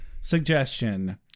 suggestion